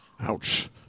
Ouch